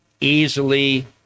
easily